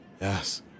Yes